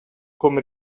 come